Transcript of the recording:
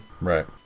Right